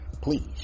please